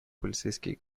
полицейские